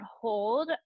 hold